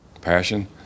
Passion